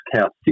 count